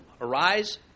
Arise